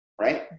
right